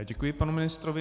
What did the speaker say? Děkuji panu ministrovi.